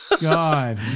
God